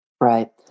right